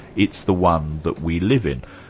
it's the one that we live in.